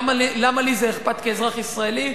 למה לי זה אכפת כאזרח ישראלי,